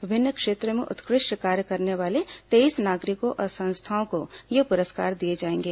विभिन्न क्षेत्र में उत्कृष्ट कार्य करने वाले तेईस नागरिकों और संस्थाओं को ये पुरस्कार दिए जाएंगे